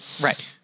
Right